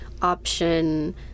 option